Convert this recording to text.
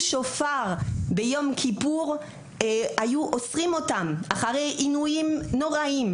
בשופר ביום כיפור היו משלמים על כך במאסר ובעינויים נוראיים.